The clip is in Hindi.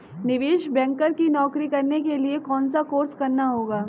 निवेश बैंकर की नौकरी करने के लिए कौनसा कोर्स करना होगा?